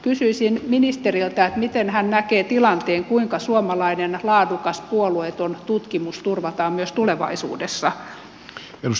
kysyisin ministeriltä miten hän näkee tilanteen kuinka suomalainen laadukas puolueeton tutkimus turvataan myös tulevaisuudessa